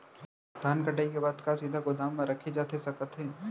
धान कटाई के बाद का सीधे गोदाम मा रखे जाथे सकत हे?